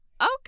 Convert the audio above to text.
okay